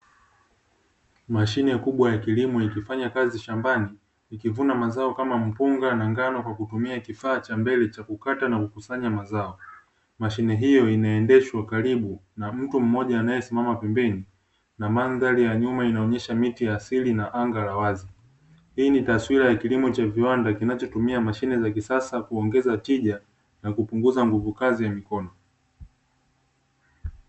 Mashine kubwa ya kilimo ikifanya kazi shambani ikivuna mazao kama mpunga na ngano kwa kutumia kifaa cha mbele cha kukataa na kukusanya mazao. Mashine hiyo inaendeshwa karibu na mtu mmoja anaesimama pembeni, na mandhari ya nyuma inaonyesha miti ya asili ina anga la wazi. Hii ni taswira ya kilimo cha viwanda kinachotumia mashine za kisasa kuongeza tija na kupunguza nguvu kazi ya mikono.